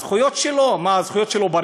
הזכויות שלו,